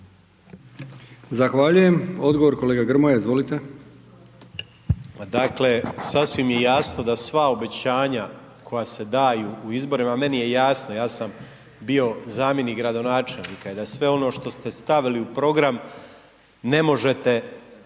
Zahvaljujem. Odgovor kolega Grmoja, izvolite. **Grmoja, Nikola (MOST)** Pa dakle, sasvim je jasno da sva obećanja koja se daju u izborima, meni je jasno, ja sam bio zamjenik gradonačelnika i da sve ono što ste stavili u program, ne možete